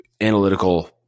analytical